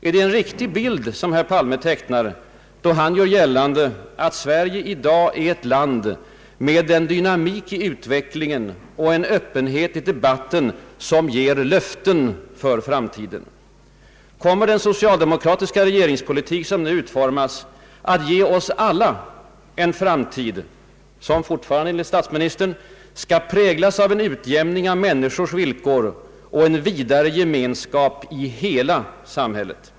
Är det en riktig bild som herr Palme tecknar, då han gör gällande att Sverige i dag är ett land »med en dynamik i utvecklingen och en öppenhet i debatten som ger löften för framtiden»? Kommer den socialdemo kratiska regeringspolitik som nu utformas att ge oss alla en framtid vilken — fortfarande enligt statsministern — skall präglas av en utjämning av människors villkor och en vidare gemenskap i hela samhället?